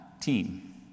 team